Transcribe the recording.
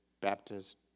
Baptist